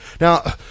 Now